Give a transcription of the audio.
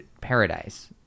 paradise